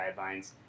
guidelines